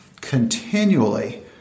continually